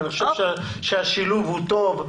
אני חושב שהשילוב הוא טוב.